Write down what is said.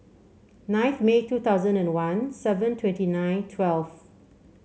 ninth May two thousand and one seven twenty nine twelve